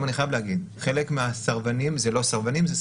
אני גם חייב להגיד שחלק מהסרבנים הן סרבניות.